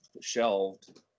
shelved